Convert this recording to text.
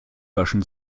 waschen